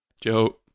Joe